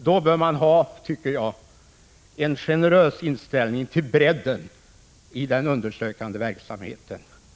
Då bör man ha en generös inställning till bredden i den undersökande verksamheten.